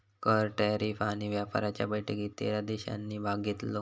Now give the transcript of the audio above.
कर, टॅरीफ आणि व्यापाराच्या बैठकीत तेरा देशांनी भाग घेतलो